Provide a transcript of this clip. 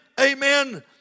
amen